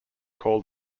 call